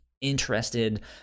interested